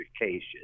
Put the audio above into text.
education